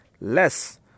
less